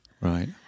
Right